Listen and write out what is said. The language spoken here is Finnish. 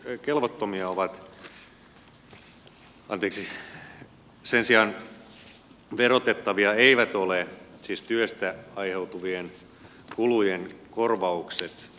sen sijaan verotettavia eivät ole työstä aiheutuvien kulujen korvaukset